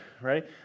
right